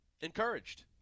Encouraged